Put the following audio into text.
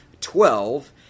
twelve